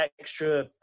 extra